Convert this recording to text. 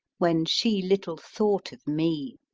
when she little thought of mee.